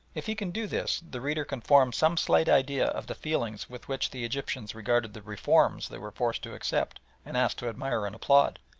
if he can do this the reader can form some slight idea of the feelings with which the egyptians regarded the reforms they were forced to accept and asked to admire and applaud.